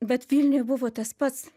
bet vilniuj buvo tas pats